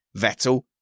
Vettel